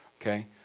okay